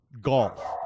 golf